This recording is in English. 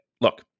Look